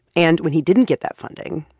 and when he didn't get that funding,